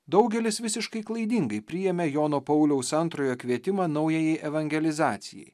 daugelis visiškai klaidingai priėmė jono pauliaus antrojo kvietimą naujajai evangelizacijai